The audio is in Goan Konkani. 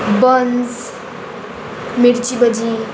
बन्स मिर्ची भजीं